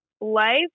life